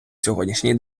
сьогоднішній